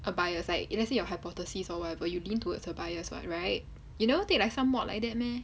a bias like let's say your hypotheses or whatever you lean towards a bias [what] right you never take like some mod like that meh